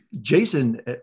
Jason